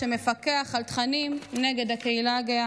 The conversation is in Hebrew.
שמפקח על תכנים נגד הקהילה הגאה,